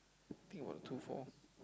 think what two four